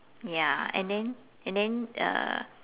ya and then and then uh